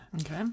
okay